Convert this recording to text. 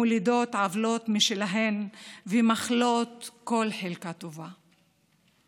מולידות עוולות משלהן ומכלות כל חלקה טובה.